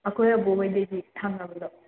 ꯑꯩꯈꯣꯏ ꯑꯕꯣꯛ ꯍꯣꯏꯗꯩꯗꯤ ꯊꯥꯡꯅꯕꯗꯣ